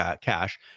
cash